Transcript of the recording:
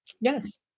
Yes